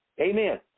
Amen